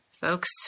folks